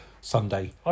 Sunday